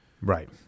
Right